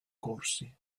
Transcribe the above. corsi